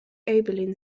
abilene